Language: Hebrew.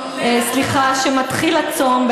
כשמתחיל הצום,